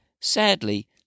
Sadly